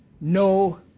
no